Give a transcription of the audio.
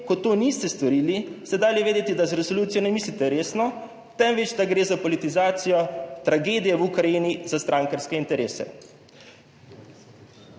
ko to niste storili, ste dali vedeti, da z resolucijo ne mislite resno, temveč da gre za politizacijo tragedije v Ukrajini, za strankarske interese.